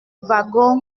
wagon